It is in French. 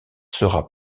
sera